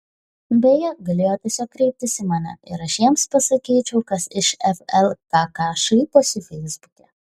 beje galėjo tiesiog kreiptis į mane ir aš jiems pasakyčiau kas iš vlkk šaiposi feisbuke